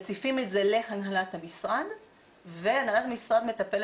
מציפים את זה להנהלת המשרד והנהלת המשרד מטפלת